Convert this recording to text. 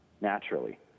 naturally